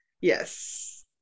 Yes